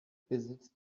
besitzt